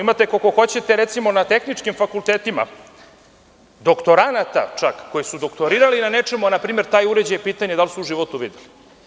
Imate koliko hoćete, recimo, na tehničkim fakultetima čak doktoranata koji su doktorirali na nečemu, a npr. pitanje je da li su taj uređaj u životu videli.